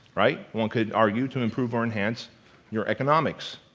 right? one could argue, to improve or enhance your economics.